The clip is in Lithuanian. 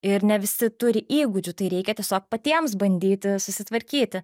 ir ne visi turi įgūdžių tai reikia tiesiog patiems bandyti susitvarkyti